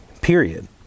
Period